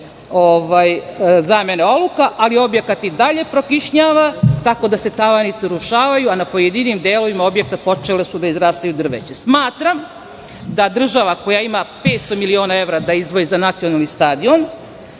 zamene oluka, ali objekat i dalje prokišnjava, tako da se tavanice urušavaju, a na pojedinim delovima objekta počelo je da izrasta drveće. Smatram da država koja ima 500 miliona evra da izdvoji za nacionalni stadion,